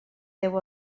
deu